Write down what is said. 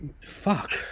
Fuck